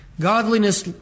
godliness